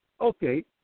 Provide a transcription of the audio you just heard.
Okay